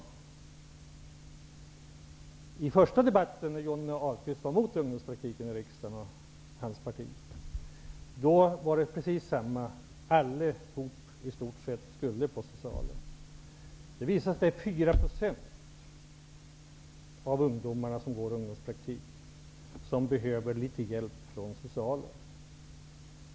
I den första debatten i riksdagen, när Johnny Ahlqvist och hans parti var emot ungdomspraktiken, sade man precis samma sak. I stort sett allihop skulle gå till socialen. Det visade sig att 4 % av de ungdomar som har ungdomspraktik behöver litet hjälp från socialen.